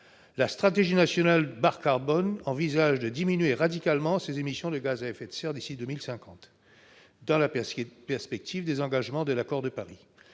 La stratégie nationale bas carbone envisage une diminution radicale de ces émissions de gaz à effet de serre d'ici à 2050, dans la perspective des engagements pris au travers